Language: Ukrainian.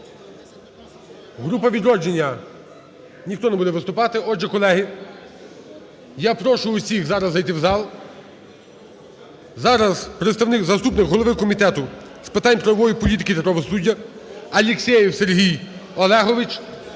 Група "Відродження"? Ніхто не буде виступати. Отже, колеги, я прошу всіх зараз зайти у зал. Зараз представник, заступник голови Комітету з питань правової політики та правосуддя Алєксєєв Сергій Олегович